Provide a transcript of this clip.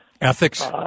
Ethics